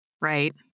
right